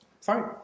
fine